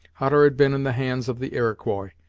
hutter had been in the hands of the iroquois,